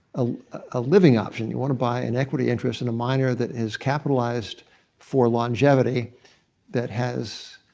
ah a living option. you want to buy an equity interest in a miner that has capitalized for longevity that has